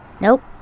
Nope